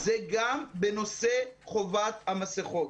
זה גם בנושא חובת המסכות.